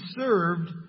served